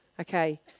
Okay